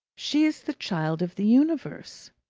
she is the child of the universe.